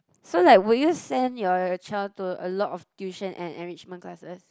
so like will you send your child to a lot of tuition and enrichment classes